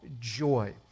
joy